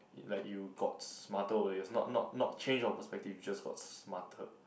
like you got smarter over the years not not not change of perspective you just got smarter